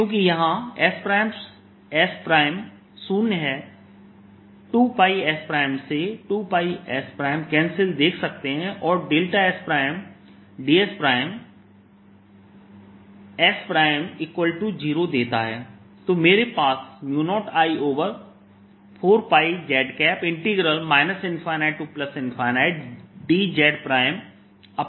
क्योंकि यहां s शून्य है 2πs से 2πs कैंसिल देख सकते हैं और s ds s0 देता है तो मेरे पास 0I4πz ∞dzs2z2 बचता है